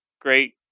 great